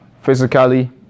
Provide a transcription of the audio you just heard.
physically